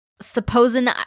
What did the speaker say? supposing